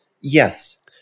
Yes